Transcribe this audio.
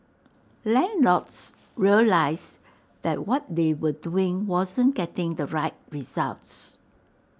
landlords realised that what they were doing wasn't getting the right results